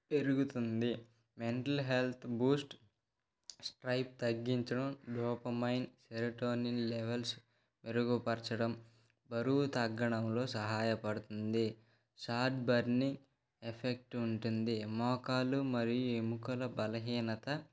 పెరుగుతుంది mental health boost spikes తగ్గించడం dopamine serotonin levels మెరుగుపరచడం బరువు తగ్గడంలో సహాయపడుతుంది షార్ట్ బర్నింగ్ ఎఫెక్ట్ ఉంటుంది మోకాలు మరియు ఎముకల బలహీనత